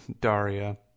Daria